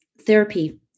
therapy